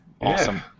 Awesome